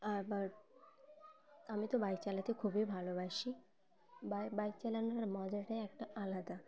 আবার আমি তো বাইক চালাতে খুবই ভালোবাসি বা বাইক চালানোর মজাটাই একটা আলাদা